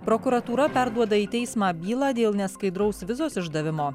prokuratūra perduoda į teismą bylą dėl neskaidraus vizos išdavimo